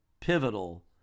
pivotal